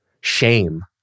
shame